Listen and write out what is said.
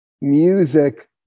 music